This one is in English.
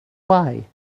why